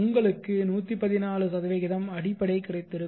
உங்களுக்கு 114 அடிப்படை கிடைத்திருக்கும்